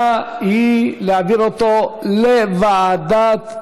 היא להעביר אותה לוועדת,